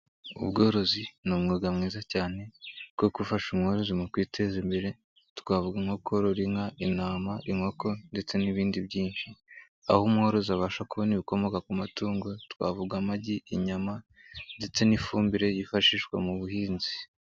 Ubworozi ni umwuga mwiza cyane, kuko ufasha umworozi mu kwiteza imbere, twavuga nko korora inka, intama, inkoko ndetse n'ibindi byinshi, aho umworozi abasha kubona ibikomoka ku matungo, twavuga amagi, inyama ndetse n'ifumbire, yifashishwa mu buhinzi.